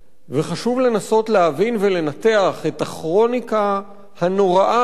חשוב לנסות להבין ולנתח את הכרוניקה הנוראה הזאת